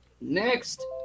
next